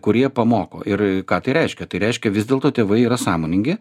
kurie pamoko ir ką tai reiškia tai reiškia vis dėlto tėvai yra sąmoningi